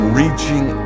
reaching